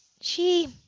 She